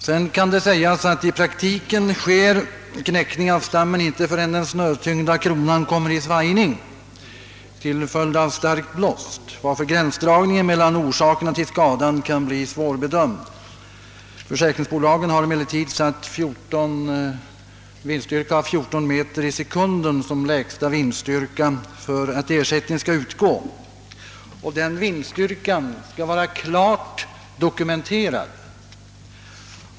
Det bör dock nämnas att knäckning av stammen inte sker förrän den snötyngda kronan kommer i svajning till följd av stor vindstyrka, vilket gör att gränsdragningen mellan orsakerna till skadan kan bli svårbedömd. Försäkringsbolagen har satt en vindstyrka på 14 meter per sekund som den lägsta för att ersättning skall utgå, och den vindstyrkan skall vara klart dokumenterad.